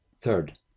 third